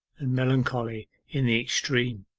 and melancholy in the extreme.